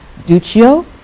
Duccio